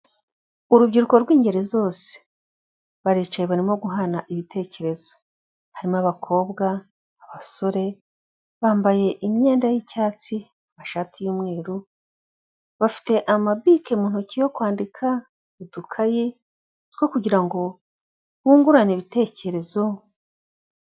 Urubyiruko rw'ingeri zose, baricaye barimo guhana ibitekerezo. Harimo abakobwa, abasore, bambaye imyenda y'icyatsi, amashati y'umweru, bafite amabike mu ntoki yo kwandika, udukayi two kugira ngo bungurane ibitekerezo.